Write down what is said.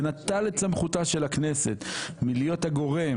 ונטל את סמכותה של הכנסת מלהיות הגורם